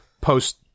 post